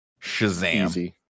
shazam